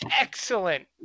excellent